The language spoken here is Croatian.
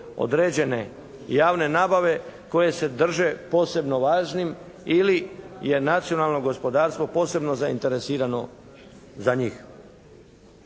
određene javne nabave koje se drže posebno važnim ili je nacionalno gospodarstvo posebno zainteresirano za njih.